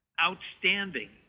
outstanding